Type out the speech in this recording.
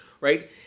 right